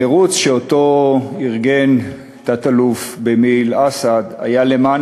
המירוץ שארגן תת-אלוף במיל' אסעד היה למען